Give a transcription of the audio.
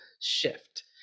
shift